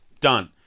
Done